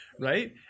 right